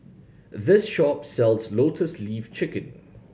this shop sells Lotus Leaf Chicken